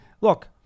look